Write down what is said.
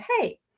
hey